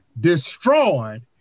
destroyed